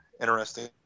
interesting